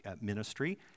ministry